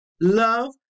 love